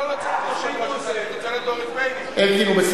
אלקין לא רוצה להיות יושב-ראש הכנסת,